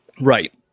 Right